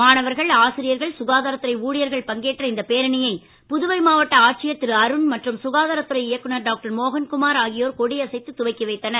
மாணவர்கள் ஆசிரியர்கள் சுகாதாரத்துறை ஊழியர்கள் பங்கேற்ற இந்தப் பேரணியை புதுவை மாவட்ட ஆட்சியர் திரு அருண் சுகாதாரத் துறை இயக்குனர் டாக்டர் மோகன்குமார் ஆகியோர் கொடி அசைத்து துவக்கி வைத்தனர்